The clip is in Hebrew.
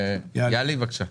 יהלי, בבקשה.